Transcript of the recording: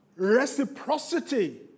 reciprocity